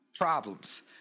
problems